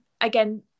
again